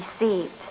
received